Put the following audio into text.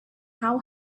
how